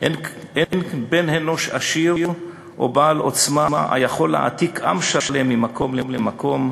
"אין בן-אנוש עשיר או בעל עוצמה היכול להעתיק עם שלם ממקום למקום.